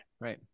Right